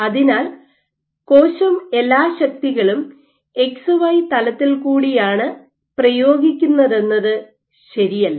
അതിനാൽ കോശം എല്ലാ ശക്തികളും എക്സ് വൈ തലത്തിൽ കൂടിയാണ് പ്രയോഗിക്കുന്നതെന്നത് ശരിയല്ല